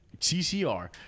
CCR